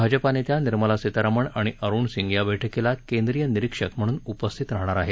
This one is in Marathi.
भाजपा नेत्या निर्मला सीतारामन आणि अरुण सिंग या बैठकीला केंद्रीय निरिक्षक म्हणून उपस्थित राहणार आहेत